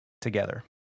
together